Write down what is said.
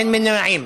אין נמנעים.